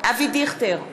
אבי דיכטר,